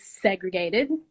segregated